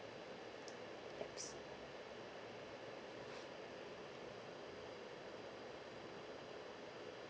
yes